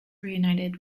reunited